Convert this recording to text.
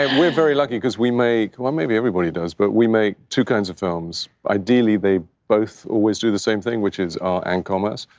ah we're very lucky cause we make, well, maybe everybody does, but we make two kinds of films. ideally, they both always do the same thing, which is art ah and commerce,